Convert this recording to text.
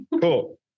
Cool